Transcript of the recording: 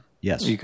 Yes